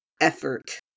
effort